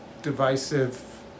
divisive